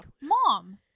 mom